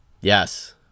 Yes